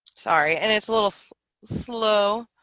sorry and it's a little slow